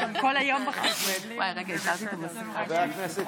תודה רבה.